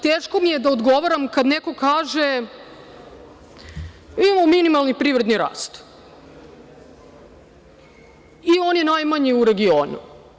Teško mi je da odgovaram kada neko kaže – imamo minimalni privredni rast i on je najmanji u regionu.